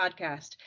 podcast